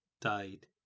Died